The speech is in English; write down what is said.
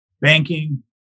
banking